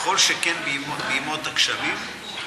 וכל שכן בימות הגשמים.